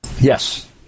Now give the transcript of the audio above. Yes